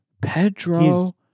Pedro